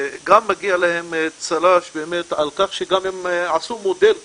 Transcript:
גם מגיע להם צל"ש על כך שהם עשו מודל כזה,